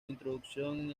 introducción